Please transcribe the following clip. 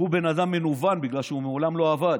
הוא בן אדם מנוון בגלל שהוא מעולם לא עבד,